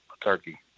turkey